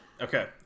Okay